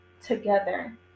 together